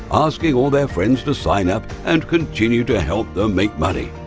asking all their friends to sign up and continue to help them make money.